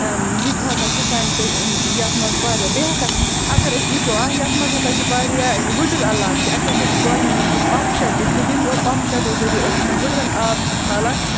یہِ تہِ ہَسا چھِ سانہِ یَتھ منٛز واریاہ بیٚیہِ ہَسا اگر أسۍ وٕچھو یَتھ منٛز ہَسا چھِ واریاہ وُڈٕرۍ علاقہٕ تہِ اَسہِ ہَسا چھِ گورمٮ۪نٛٹَن یہِ پَمپ شَڈ دِتۍمٕتۍ یِمٕے پَمپ شَڈو ذٔریہِ أسۍ تِمَن وٕڈرَن آب چھِ کھالان